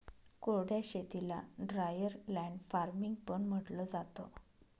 कोरड्या शेतीला dryer land farming पण म्हंटलं जातं